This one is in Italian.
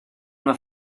una